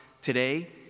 today